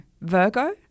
Virgo